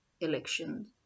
election